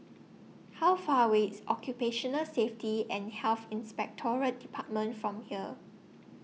How Far away IS Occupational Safety and Health Inspectorate department from here